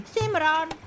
Simran